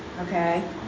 okay